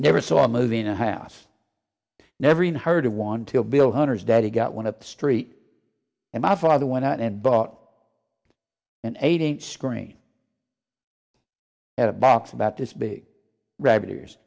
never saw a movie in a house never even heard of want to build hundreds dead it got one of the street and my father went out and bought an eight inch screen at a box about this big rabbit ears